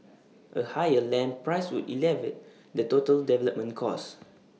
A higher land price would elevate the total development cost